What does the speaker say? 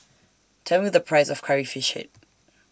Tell Me The Price of Curry Fish Head